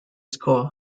score